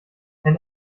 ein